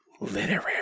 Literary